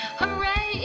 Hooray